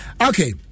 Okay